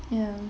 ya